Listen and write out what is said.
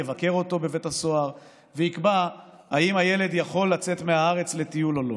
יבקר אותו בבית הסוהר ויקבע אם הילד יכול לצאת מהארץ לטיול או לא.